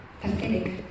pathetic